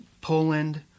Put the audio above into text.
Poland